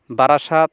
Barasat